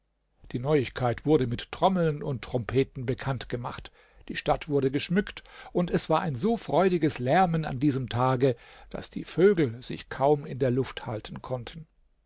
die neuigkeit wurde mit trommeln und trompeten bekannt gemacht die stadt wurde geschmückt und es war ein so freudiges lärmen an diesem tage daß die vögel sich kaum in der luft halten konnten